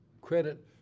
credit